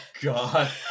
god